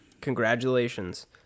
congratulations